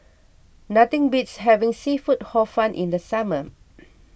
nothing beats having Seafood Hor Fun in the summer